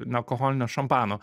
nealkoholinio šampano